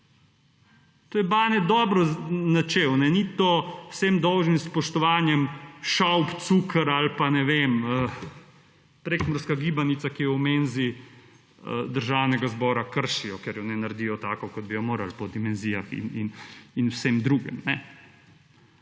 To je Bane dobro načel ni to z vsem dolžnim spoštovanjem / nerazumljivo/ cuker ali pa ne vem prekmurska gibanica, ki je v menzi Državnega zbora kršijo, ker jo ne naredijo tako kot bi jo morali po dimenzijah in vsem drugem.